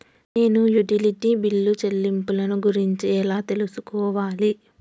నేను utility bill చెల్లింపులను గురించి ఎలా తెలుసుకోవాలి?